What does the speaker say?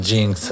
Jinx